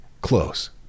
Close